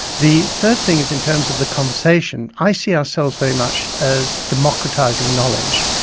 the third thing is in terms of the conversation. i see ourselves very much as democratising knowledge.